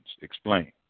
Explain